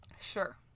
Sure